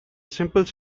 simple